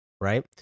right